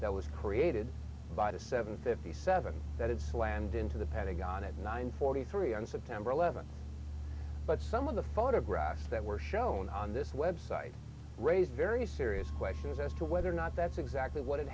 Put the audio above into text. that was created by the seven fifty seven that it's land into the pentagon at nine forty three on september eleventh but some of the photographs that were shown on this web site raise very serious questions as to whether or not that's exactly what ha